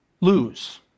lose